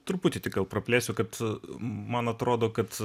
truputį tikriau praplėsiu kad a man atrodo kad